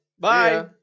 Bye